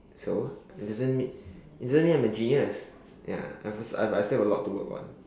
so doesn't mean it doesn't mean I'm a genius ya I'm also I I still have a lot to work on